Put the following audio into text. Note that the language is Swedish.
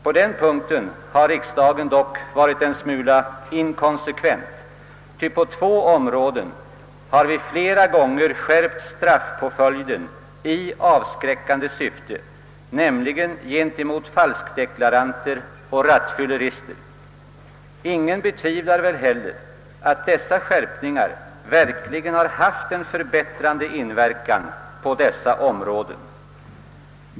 På denna punkt har riksdagen dock varit en smula inkonsekvent, ty på två områden har man flera gånger skärpt straffpåföljden i avskräckande syfte, nämligen gentemot falskdeklaranter och rattfyllerister. Ingen betvivlar väl heller att dessa skärpningar verkligen har haft en förbättrande inverkan på dessa områden.